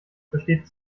besteht